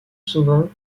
souvent